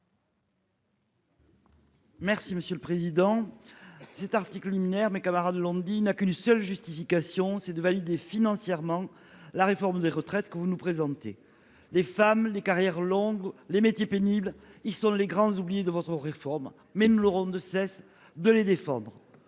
Merci monsieur le président. Cet article liminaire mes camarades lundi il n'a qu'une seule justification c'est de valider financièrement la réforme des retraites que vous nous présentez les femmes les carrières longues. Les métiers pénibles. Ils sont les grands oubliés de votre réforme. Mais ils ne l'auront de cesse de les défendre